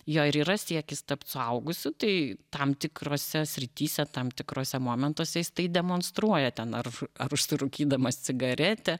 jo ir yra siekis tapt suaugusiu tai tam tikrose srityse tam tikruose momentuose jis tai demonstruoja ten ar ar užsirūkydamas cigaretę